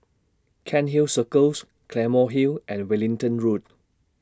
Cairnhill Circles Claymore Hill and Wellington Road